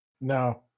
No